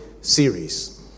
series